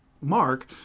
mark